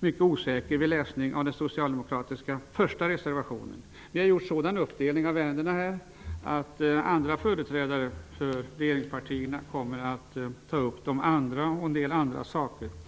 mycket osäker vid läsningen av den socialdemokratiska reservationen nr 1. Vi har gjort en sådan uppdelning av debatten, att andra företrädare för regeringspartierna kommer att ta upp de andra reservationerna samt en del andra frågor.